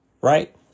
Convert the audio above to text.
Right